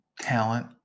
talent